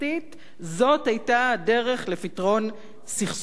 זאת היתה הדרך לפתרון סכסוכי עבודה.